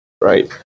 Right